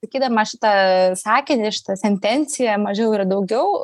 sakydama šitą sakinį šitą sentenciją mažiau yra daugiau